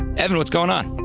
evan, what's going on?